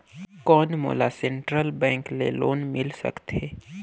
कौन मोला central bank ले लोन मिल सकथे?